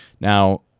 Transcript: Now